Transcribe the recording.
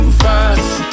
fast